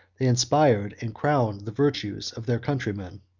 they inspired and crowned the virtues, of their countrymen.